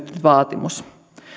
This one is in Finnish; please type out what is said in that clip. vaatimus